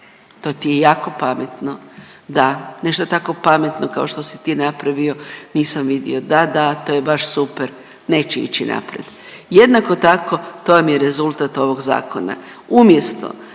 to ti je jako pametno, da nešto tako pametno kao što si ti napravio nisam vidio, da, da to je baš super, neće ići naprijed. Jednako tako to vam je rezultat ovog zakona,